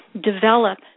develop